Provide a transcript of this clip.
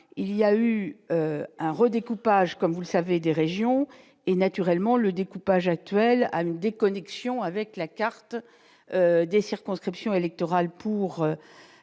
il y a eu un redécoupage, comme vous le savez, des régions et naturellement le découpage actuel à une déconnexion avec la carte des circonscriptions électorales pour